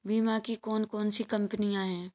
बीमा की कौन कौन सी कंपनियाँ हैं?